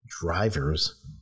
drivers